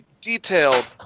detailed